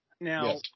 now